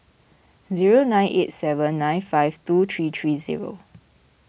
zero nine eight seven nine five two three three zero